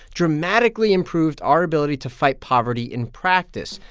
dramatically improved our ability to fight poverty in practice.